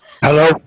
Hello